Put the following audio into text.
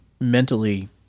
mentally